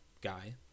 guy